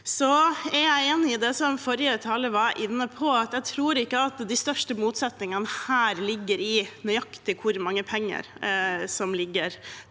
Jeg er enig i det som forrige taler var inne på, at de største motsetningene her ikke ligger i nøyaktig hvor mange penger som ligger